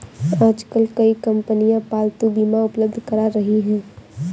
आजकल कई कंपनियां पालतू बीमा उपलब्ध करा रही है